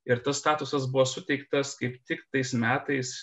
ir tas statusas buvo suteiktas kaip tik tais metais